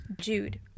Jude